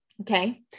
Okay